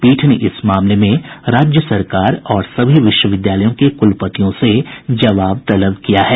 पीठ ने इस मामले में राज्य सरकार और सभी विश्वविद्यालयों के कुलपतियों से जवाब तलब किया है